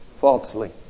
falsely